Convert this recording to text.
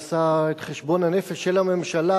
עשה את חשבון הנפש של הממשלה,